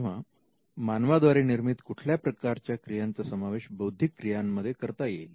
तेव्हा मानवा द्वारे निर्मित कुठल्या प्रकारच्या क्रियांचा समावेश बौद्धिक प्रक्रियांमध्ये करता येईल